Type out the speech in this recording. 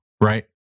Right